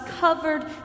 covered